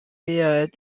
ses